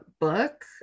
book